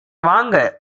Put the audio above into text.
வாங்க